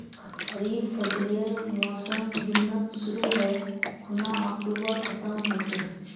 खरीफ फसलेर मोसम जुनत शुरु है खूना अक्टूबरत खत्म ह छेक